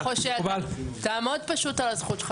תעמוד על הזכות שלך,